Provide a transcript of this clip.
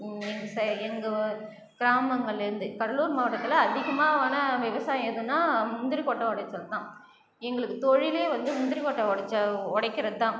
எங்கள் சைடு எங்கள் கிராமங்களில் இருந்து கடலூர் மாவட்டத்தில் அதிகமான விவசாயம் எதுனால் முந்திரி கொட்டை உடச்சல் தான் எங்களுக்கு தொழிலே வந்து முந்திரி கொட்டை உடச்சல் உடைக்கிறதுதான்